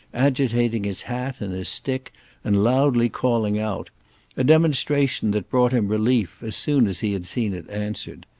agitating his hat and his stick and loudly calling out a demonstration that brought him relief as soon as he had seen it answered.